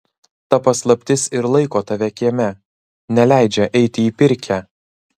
ta paslaptis ir laiko tave kieme neleidžia eiti į pirkią